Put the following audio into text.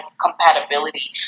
compatibility